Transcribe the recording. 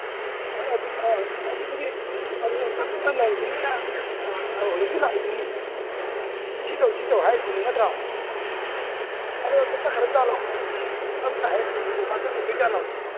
ꯑꯗꯨꯕꯨꯗꯤ ꯆꯠꯇꯨꯅ ꯂꯩꯕꯅꯤꯅ ꯍꯧꯖꯤꯛꯁꯨ ꯂꯥꯛꯏꯁꯤꯅꯤ ꯁꯤ ꯇꯧ ꯁꯤ ꯇꯧ ꯍꯥꯏꯔꯤꯗꯨꯅꯤ ꯅꯠꯇ꯭ꯔꯣ ꯑꯗꯨ ꯆꯠꯈ꯭ꯔꯕꯖꯥꯠꯂꯣ ꯑꯝꯇ ꯍꯥꯏꯔꯛꯇ꯭ꯔꯤꯁꯤꯕꯣ ꯃꯥ ꯆꯠꯂꯣꯏꯗꯣꯏꯖꯥꯠꯂꯣ